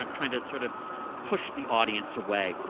trying to sort of push the audience away.